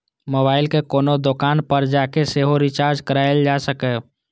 mobile कें कोनो दोकान पर जाके सेहो रिचार्ज कराएल जा सकैए